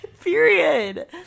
period